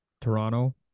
Toronto